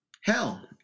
Hell